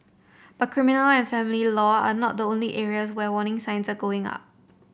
but criminal and family law are not the only areas where warning signs are going up